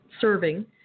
serving